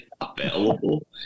available